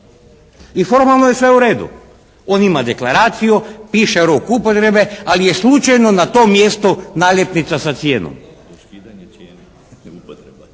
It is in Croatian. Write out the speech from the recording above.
I formalno je sve u redu. On ima deklaraciju, piše rok upotrebe, ali je slučajno na to mjesto naljepnica sa cijenom.